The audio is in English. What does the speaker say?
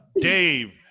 Dave